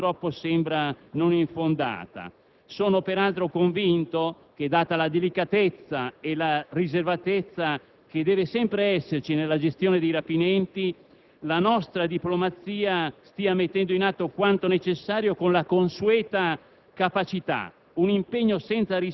È una terribile percezione che purtroppo sembra non infondata. Sono peraltro convinto che, data la delicatezza e la riservatezza che deve sempre esserci nella gestione dei rapimenti, la nostra diplomazia stia mettendo in atto quanto necessario con la consueta